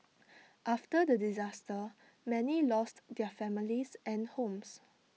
after the disaster many lost their families and homes